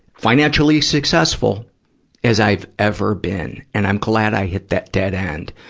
financially successful as i've ever been, and i'm glad i hit that dead end,